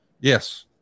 yes